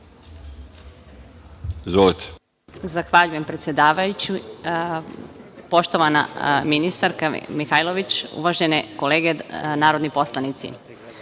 izvolite.